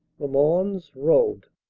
the mons road